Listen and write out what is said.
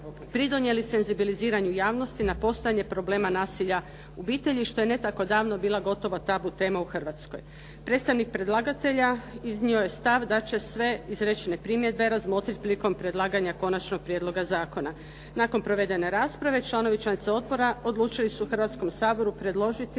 pridonijeli senzibiliziranju javnosti na postojanje problema nasilja u obitelji što je ne tako davno bila gotova tabu tema u Hrvatskoj. Predstavnik predlagatelja iznio je stav da će sve izrečene primjedbe razmotriti prilikom predlaganja končanog prijedloga zakona. Nakon provedene rasprave članovi i članice odbora odlučili su Hrvatskom saboru predložiti